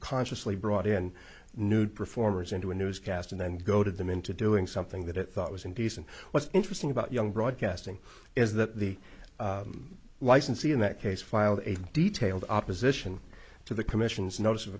consciously brought in nude performers into a newscast and then go to them into doing something that it thought was indecent what's interesting about young broadcasting is that the licensee in that case filed a detailed opposition to the commission's notice of